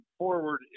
forward